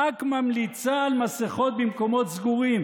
כנסת נכבדה,